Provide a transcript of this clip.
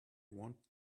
want